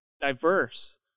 diverse